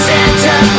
Santa